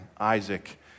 Isaac